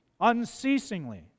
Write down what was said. unceasingly